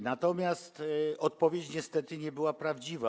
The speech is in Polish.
Natomiast odpowiedź niestety nie była prawdziwa.